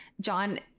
John